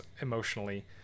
emotionally